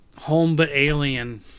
home-but-alien